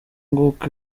nguko